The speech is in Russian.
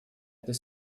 этой